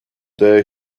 day